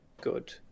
good